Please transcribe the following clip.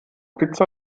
pizza